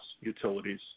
utilities